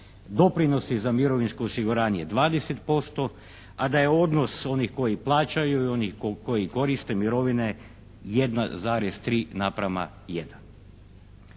Doprinosi za mirovinsko osiguranje 20%, a da je odnos onih koji plaćaju i onih koji koriste mirovine 1,3:1.